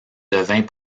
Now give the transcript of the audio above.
devint